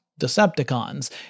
Decepticons